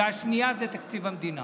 והשנייה זה תקציב המדינה.